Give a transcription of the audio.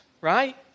right